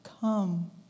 Come